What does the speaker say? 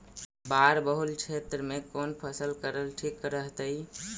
बाढ़ बहुल क्षेत्र में कौन फसल करल ठीक रहतइ?